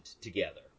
together